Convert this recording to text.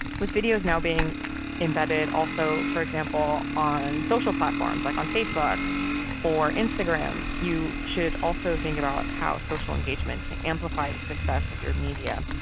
with videos now being embedded also for example on social platforms like on facebook or instagram, you should also think about how social engagement can amplify the success of your media.